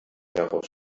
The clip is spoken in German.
darauf